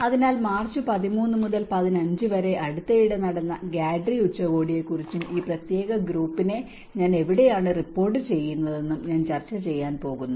അതിനാൽ മാർച്ച് 13 മുതൽ 15 വരെ അടുത്തിടെ നടന്ന ഗാഡ്രി ഉച്ചകോടിയെ കുറിച്ചും ഈ പ്രത്യേക ഗ്രൂപ്പിനെ ഞാൻ എവിടെയാണ് റിപ്പോർട്ട് ചെയ്യുന്നതെന്നും ഞാൻ ചർച്ച ചെയ്യാൻ പോകുന്നു